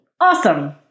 awesome